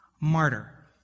martyr